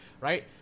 right